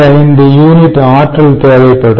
5 unit ஆற்றல் தேவைப்படும்